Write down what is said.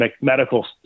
medical